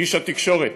איש התקשורת.